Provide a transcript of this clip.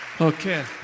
Okay